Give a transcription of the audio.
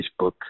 Facebook